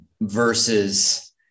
versus